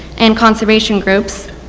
and conservation groups.